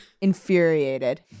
infuriated